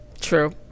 True